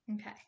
Okay